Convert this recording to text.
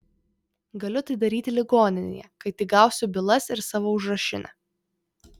galiu tai daryti ligoninėje kai tik gausiu bylas ir savo užrašinę